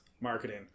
marketing